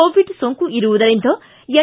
Covid ಸೋಂಕು ಇರುವುದರಿಂದ N